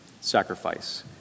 sacrifice